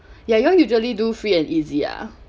ya you all usually do free and easy ah